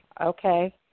Okay